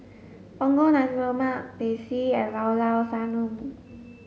Punggol Nasi Lemak Teh C and Llao Llao Sanum